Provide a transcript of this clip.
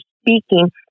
speaking